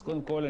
אז קודם כול,